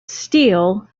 steel